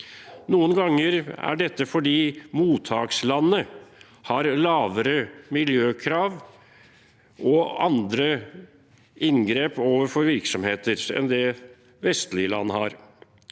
Noen ganger skjer dette fordi mottakslandene har lavere miljøkrav og andre inngrep overfor virksomheter enn det vestlige land har.